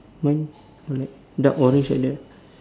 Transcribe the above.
mine dark orange like that